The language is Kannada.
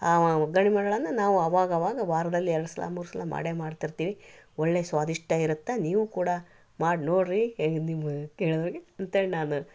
ಆ ಒಗ್ಗರಣಿ ಮಂಡಾಳಂದ್ರ ನಾವು ಅವಾಗವಾಗ ವಾರದಲ್ಲಿ ಎರಡು ಸಲ ಮೂರು ಸಲ ಮಾಡೇ ಮಾಡ್ತಿರ್ತೀವಿ ಒಳ್ಳೆಯ ಸ್ವಾಧಿಷ್ಟ ಇರತ್ತೆ ನೀವು ಕೂಡ ಮಾಡಿ ನೋಡಿರಿ ಅಂತೇಳಿ ನಾನು